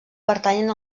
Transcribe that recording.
pertanyen